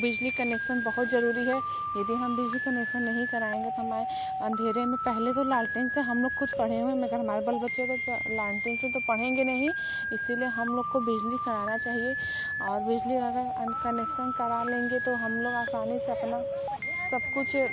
बिजली कनेक्शन बहुत ज़रूरी है यदि हम बिजली कनेक्शन नहीं कराएँगे तो हमारे अंधेरे में पहले तो लालटेन से हम लोग ख़ुद पढे़ हुएँ हैं लेकिन हमारे बल बच्चे को लानटेन से तो पढ़ेंगे नहीं इसलिए हम लोग को बिजली कराना चाहिए और बिजली अन कनेक्शन करा लेंगे तो हम लोग आसानी से अपना सब कुछ